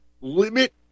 limit